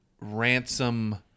ransom